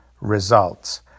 results